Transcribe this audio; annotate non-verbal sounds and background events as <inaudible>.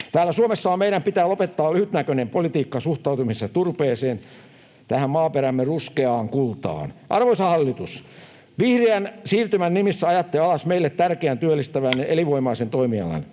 Täällä Suomessahan meidän pitää lopettaa lyhytnäköinen politiikka suhtautumisessa turpeeseen, tähän maaperämme ruskeaan kultaan. Arvoisa hallitus, vihreän siirtymän nimissä ajatte alas meille tärkeän työllistävän ja <noise>